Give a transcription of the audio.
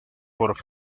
por